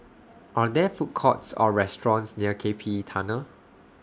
Are There Food Courts Or restaurants near K P E Tunnel